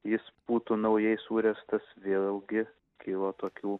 jis būtų naujai suręstas vėlgi kilo tokių